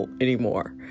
anymore